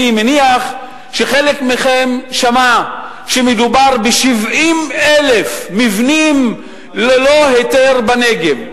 אני מניח שחלק מכם שמע שמדובר ב-70,000 מבנים ללא היתר בנגב,